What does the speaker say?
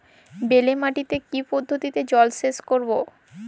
বেলে মাটিতে কি পদ্ধতিতে জলসেচ করব?